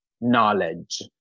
Knowledge